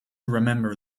remember